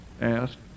asked